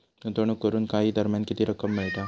गुंतवणूक करून काही दरम्यान किती रक्कम मिळता?